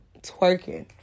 twerking